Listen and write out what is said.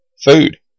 Food